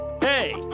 Hey